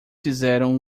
fizeram